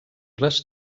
les